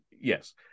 Yes